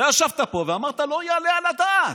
אתה ישבת פה ואמרת: לא יעלה על הדעת,